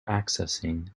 accessing